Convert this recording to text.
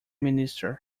minister